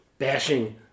bashing